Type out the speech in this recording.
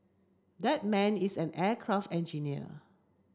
that man is an aircraft engineer